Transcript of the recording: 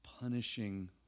punishing